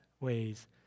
ways